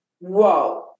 Whoa